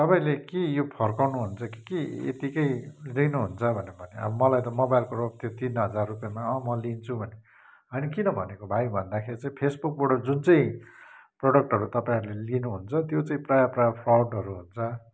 तपाईँले के यो फर्काउनुहुन्छ कि के यतिकै लिनुहुन्छ भनेर भन्यो अब मलाई त मोबाइलको लोभ थियो तिन हजार रुपियाँमा अँ म लिन्छु भने होइन किन भनेको भाइ भन्दाखेरि चाहिँ फेसबुकबाट जुन चाहिँ प्रोडक्टहरू तपाईँहरूले लिनुहुन्छ त्यो चाहिँ प्रायः प्रायः फ्रडहरू हुन्छ